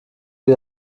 wie